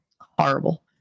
horrible